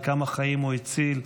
וכמה חיים הוא הציל.